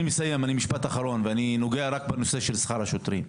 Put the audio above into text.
משפט אחרון, ואני נוגע רק בנושא של שכר השוטרים: